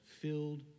filled